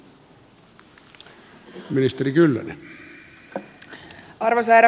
arvoisa herra puhemies